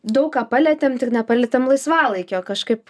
daug ką palietėm tik nepalietėm laisvalaikio kažkaip